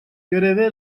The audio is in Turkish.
göreve